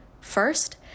First